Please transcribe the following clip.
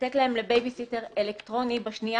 לתת להם לבייביסיטר אלקטרוני בשנייה